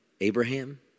Abraham